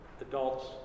adults